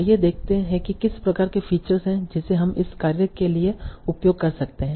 आइए देखते हैं कि किस प्रकार के फीचर्स हैं जिसे हम इस कार्य के लिए उपयोग कर सकते हैं